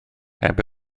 heb